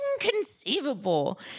inconceivable